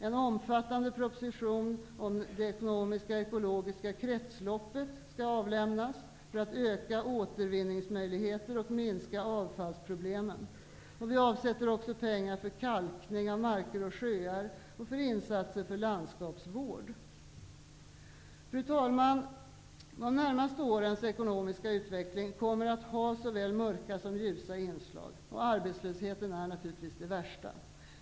En omfattande proposition om det ekonomiskaekologiska kretsloppet skall avlämnas för att öka återvinningsmöjligheter och minska avfallsproblemen. Vi avsätter också pengar för kalkning av marker och sjöar och för insatser för landskapsvård. Fru talman! De närmaste årens ekonomiska utveckling kommer att ha såväl mörka som ljusa inslag, och arbetslösheten är naturligtvis det värsta.